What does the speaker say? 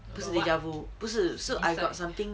不是 deja vu 不是 I got something